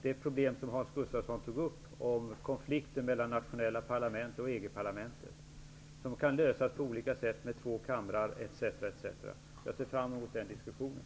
Det problem som Hans Gustafsson tog upp om en konflikt mellan nationella parlament och EG-parlamentet kan lösas på olika sätt, med två kamrar, etc. etc. Jag ser som sagt fram mot den diskussonen.